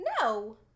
No